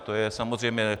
To je samozřejmé.